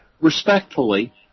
Respectfully